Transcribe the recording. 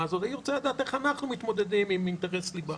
הזאת ואני רוצה לדעת איך אנחנו מתמודדים עם אינטרס ליבה.